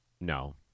No